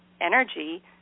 energy